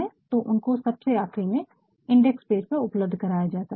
तो उनको सबसे आख़िरी में इंडेक्स पेज में उपलब्ध कराया जा सकता है